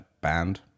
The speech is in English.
band